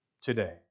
today